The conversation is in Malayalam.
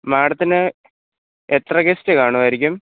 മാഡത്തിന് എത്ര ഗസ്റ്റ് കാണുമായിരിക്കും